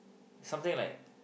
something like